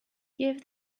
give